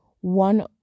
one